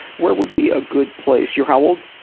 where would be a good place you're how old?